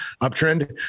uptrend